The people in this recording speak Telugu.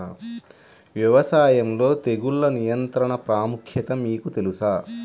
వ్యవసాయంలో తెగుళ్ల నియంత్రణ ప్రాముఖ్యత మీకు తెలుసా?